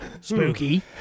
Spooky